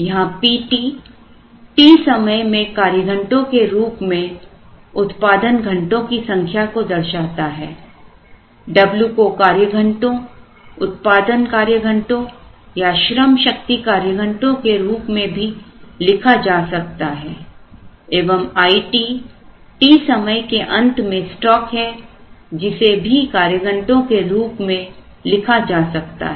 यहां Pt t समय में कार्यघंटों के रूप में उत्पादन घंटों की संख्या को दर्शाता है w को कार्यघंटों उत्पादन कार्यघंटों या श्रमशक्ति कार्यघंटों के रूप में भी लिखा जा सकता है एवं It t समय के अंत में स्टॉक है जिसे भी कार्यघंटों के रूप में लिखा जा सकता है